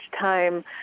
time